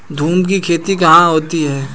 झूम की खेती कहाँ होती है?